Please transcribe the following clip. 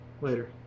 Later